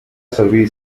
servir